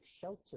shelter